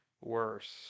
worse